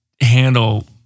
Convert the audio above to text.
handle